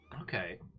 Okay